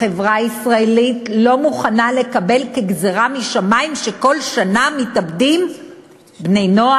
החברה הישראלית לא מוכנה לקבל כגזירה משמים שכל שנה מתאבדים בני-נוער.